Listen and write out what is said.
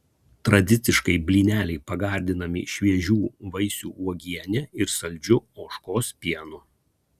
tradiciškai blyneliai pagardinami šviežių vaisių uogiene ir saldžiu ožkos pienu